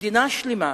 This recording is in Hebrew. מדינה שלמה,